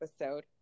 episode